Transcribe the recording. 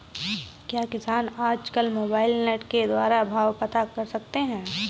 क्या किसान आज कल मोबाइल नेट के द्वारा भाव पता कर सकते हैं?